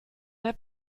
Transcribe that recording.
der